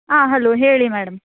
ಹಾಂ ಹಲೋ ಹೇಳಿ ಮೇಡಮ್